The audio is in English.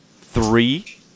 three